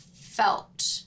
felt